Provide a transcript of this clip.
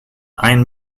ein